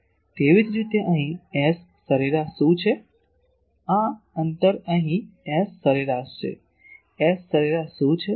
તેવી જ રીતે અહીં S સરેરાશ શું છે આ અંતર અહીં S સરેરાશ છે S સરેરાસ શું છે